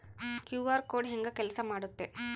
QR code ಹೆಂಗ ಕೆಲಸ ಮಾಡುತ್ತೆ?